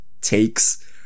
takes